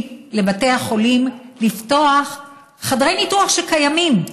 לבתי החולים לפתוח חדרי ניתוח שקיימים.